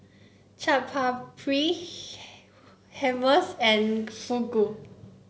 Chaat Papri Hummus and Fugu